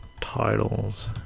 titles